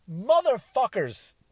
Motherfuckers